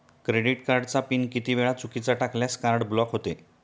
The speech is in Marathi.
क्रेडिट कार्डचा पिन किती वेळा चुकीचा टाकल्यास कार्ड ब्लॉक होते?